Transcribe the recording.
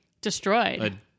Destroyed